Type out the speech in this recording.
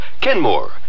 Kenmore